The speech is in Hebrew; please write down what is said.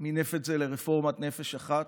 מינף את זה לרפורמת נפש אחת.